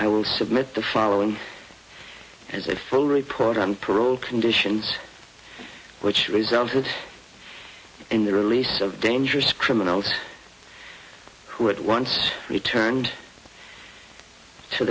i will submit the following as a full report on parole conditions which resulted and the release of dangerous criminals who had once returned to